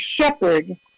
shepherd